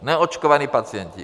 Neočkovaní pacienti!